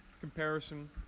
comparison